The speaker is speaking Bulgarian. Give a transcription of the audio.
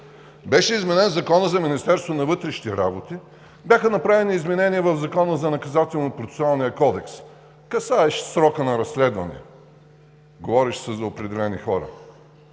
беше изменен Законът за Министерство на вътрешните работи. Бяха направени изменения в Наказателно процесуалния кодекс, касаещи срока на разследване, говореше се за определени хора.